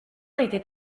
était